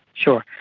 sure.